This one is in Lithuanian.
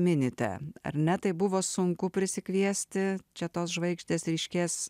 minite ar ne taip buvo sunku prisikviesti čia tos žvaigždės ryškės